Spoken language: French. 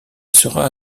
sera